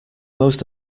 most